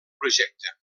projecte